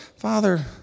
father